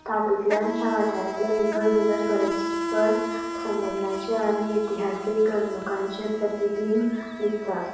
तातूंतल्यान ह्या वाठारांतल्या विंगड विंगड परस्पर संबंदांचे आनी इतिहासीक घडणुकांचे प्रतिबिंब दिसता